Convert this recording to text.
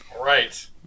Right